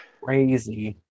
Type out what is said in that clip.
Crazy